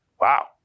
Wow